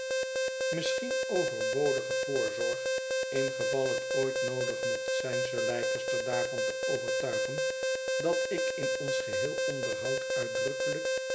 misschien overbodige voorzorg in geval het ooit noodig mocht zijn sir leicester daarvan te overtuigen dat ik in ons geheel onderhoud uitdrukkelijk